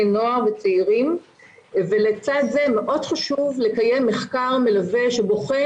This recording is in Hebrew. נוער וצעירים ולצד זה מאוד חשוב לקיים מלווה שבוחן